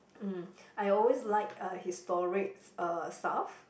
mm I always like uh historic uh stuff